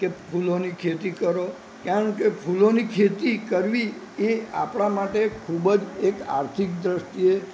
કે ફૂલોની ખેતી કરો કારણ કે ફૂલોની ખેતી કરવી એ આપણા માટે ખૂબ જ એક આર્થિક દ્રષ્ટિએ ખૂબ જ એક